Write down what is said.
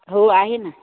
हो आहे ना